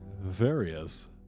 Various